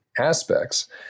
aspects